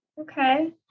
Okay